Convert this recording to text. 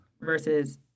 versus